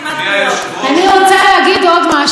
אני רוצה להגיד עוד משהו ששמעתי,